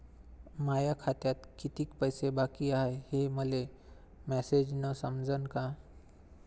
माया खात्यात कितीक पैसे बाकी हाय हे मले मॅसेजन समजनं का?